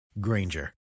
Granger